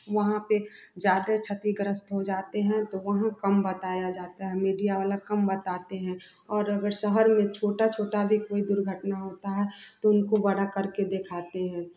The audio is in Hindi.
वहाँ पर ज़्यादा क्षतिग्रस्त हो जाते हैं तो वहाँ कम बताया जाता है मीडिया वाले कम बताते हैं और अगर शहर में छोटी छोटी भी कोई दुर्घटना होती है तो उनको बड़ा करके दिखाते हैं